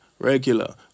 regular